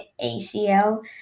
ACL